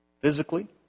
physically